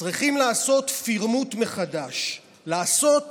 צריכים לעשות פרמוט מחדש, לעשות